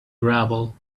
gravel